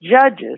judges